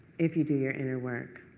if you do your inner work.